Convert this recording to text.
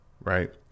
right